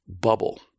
bubble